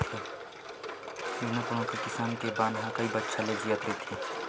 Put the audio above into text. कोनो कोनो किसम के बन ह कइ बछर ले जियत रहिथे